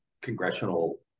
congressional